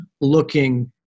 looking